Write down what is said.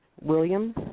williams